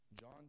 John